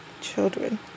children